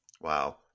wow